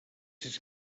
sis